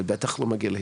ובטח לא מגיע להתמכרות.